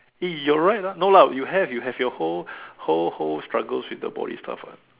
eh you're right lah no lah you have you have your whole whole whole struggles with the body stuff ah